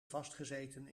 vastgezeten